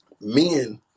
men